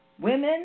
Women